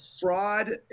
fraud